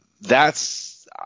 thats